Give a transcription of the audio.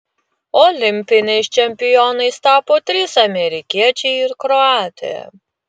olimpiniais čempionais tapo trys amerikiečiai ir kroatė